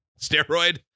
Steroid